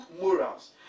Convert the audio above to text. morals